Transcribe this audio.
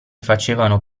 facevano